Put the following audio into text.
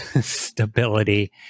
stability